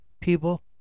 people